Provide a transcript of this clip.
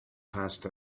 passed